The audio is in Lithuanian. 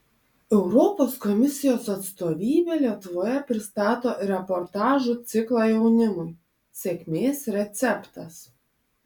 europos komisijos atstovybė lietuvoje pristato reportažų ciklą jaunimui sėkmės receptas